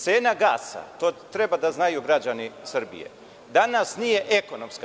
Cena gasa, to treba da znaju građani Srbije, danas nije ekonomska